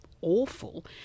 awful